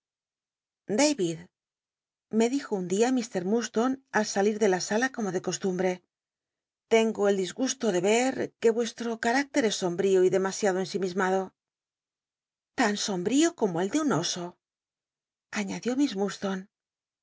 me dijo un dia jlr ilurdslone al salir de la sala como de costumbre tengo el di gusto de ver que vuestro carácter sombrío y demasiado n imismado tan sombrío como el de un oso aiiadió